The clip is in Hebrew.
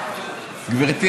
גברתי,